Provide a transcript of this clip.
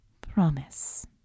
Promise